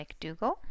McDougall